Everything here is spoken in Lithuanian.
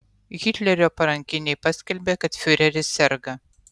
hitlerio parankiniai paskelbė kad fiureris serga